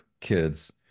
kids